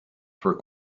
for